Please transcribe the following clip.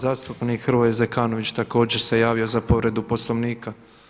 Zastupnik Hrvoje Zekanović također se javio za povredu Poslovnika.